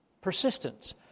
Persistence